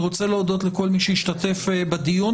אני רוצה להודות לכל מי שהשתתף בדיון.